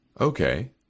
Okay